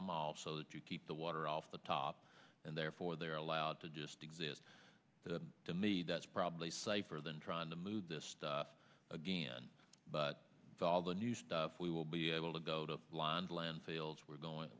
all so that you keep the water off the top and therefore they're allowed to just exist to me that's probably safer than trying to move this stuff again but for all the new stuff we will be able to go to law and land sales we're going